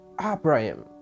Abraham